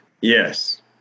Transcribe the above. Yes